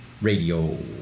Radio